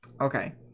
Okay